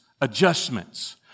adjustments